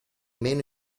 meno